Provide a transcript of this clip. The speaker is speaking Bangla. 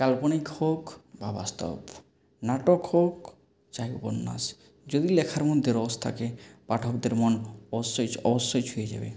কাল্পনিক হোক বা বাস্তব নাটক হোক চাই উপন্যাস যদি লেখার মধ্যে রস থাকে পাঠকদের মন অবশ্যই অবশ্যই ছুঁয়ে যাবে